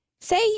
Say